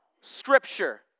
Scripture